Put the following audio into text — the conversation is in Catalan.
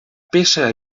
peça